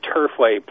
Turfway